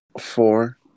four